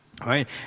right